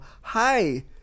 hi